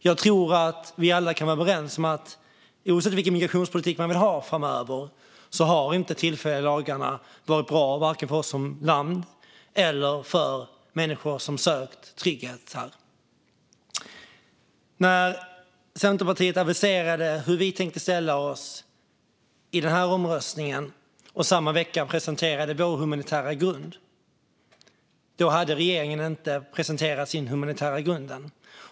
Jag tror att vi alla, oavsett vilken migrationspolitik vi vill ha framöver, kan vara överens om att de tillfälliga lagarna inte har varit bra vare sig för oss som land eller för människor som sökt trygghet här. När Centerpartiet aviserade hur vi tänkte ställa oss i den här omröstningen och samma vecka presenterade vår humanitära grund hade regeringen inte presenterat sin humanitära grund än.